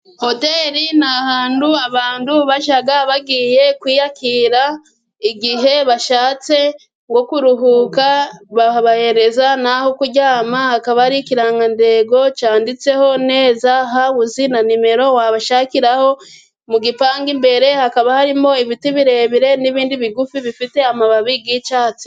Hotel ni ahantu abantu bajya bagiye kwiyakira igihe bashatse nko kuruhuka babahereza naho kuryama, hakaba hari ikirangantengo cyanditseho neza hawuzi na nimero wabashakiraho. Mu gipangu imbere hakaba harimo ibiti birebire n'ibindi bigufi bifite amababi y'icyatsi.